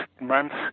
months